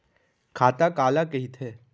खाता काला कहिथे?